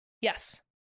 Yes